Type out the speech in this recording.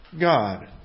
God